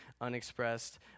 unexpressed